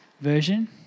version